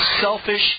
selfish